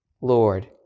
Lord